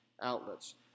outlets